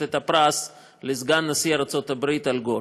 את הפרס לסגן נשיא ארצות הברית אל גור